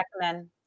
recommend